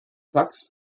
tax